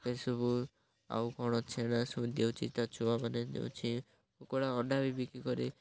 ଏସବୁ ଆଉ କ'ଣ ଛେନା ସବୁ ଦେଉଛିି ତା ଛୁଆମାନେ ଦେଉଛି କୁକୁଡ଼ା ଅଣ୍ଡା ବି ବିକି କରି